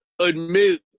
admit